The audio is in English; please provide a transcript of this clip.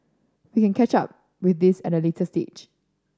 we can catch up with this at the later stage